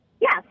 Yes